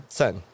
son